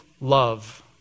love